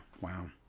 Wow